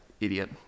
Idiot